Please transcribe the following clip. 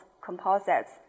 composites